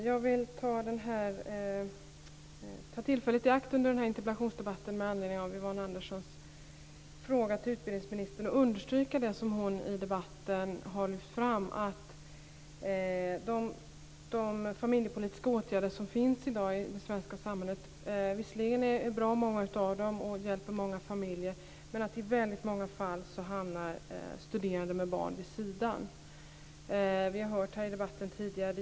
Fru talman! Jag vill ta tillfället i akt under den här interpellationsdebatten med anledning av Yvonne Anderssons fråga till utbildningsministern att understryka det som hon i debatten har lyft fram. De familjepolitiska åtgärder som finns i dag i det svenska samhället är visserligen bra - många av dem - och hjälper många familjer. Men i väldigt många fall hamnar studerande med barn vid sidan. Vi har hört om detta tidigare här i debatten.